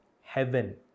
heaven